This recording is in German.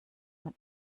man